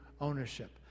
ownership